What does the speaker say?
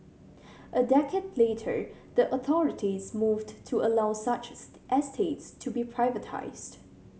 a decade later the authorities moved to allow such estates to be privatised